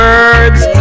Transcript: Birds